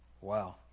Wow